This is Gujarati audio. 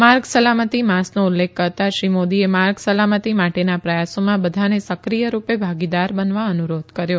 માર્ગ સલામતી માસનો ઉલ્લેખ કરતા શ્રી મોદીએ માર્ગ સલામતી માટેના પ્રયાસોમાં બધાને સક્રિય રૂપે ભાગીદાર બનવા અનુરોધ કર્યો